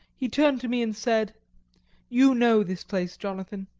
he turned to me and said you know this place, jonathan.